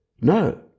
No